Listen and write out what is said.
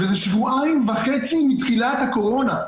וזה שבועיים וחצי מתחילת הקורונה,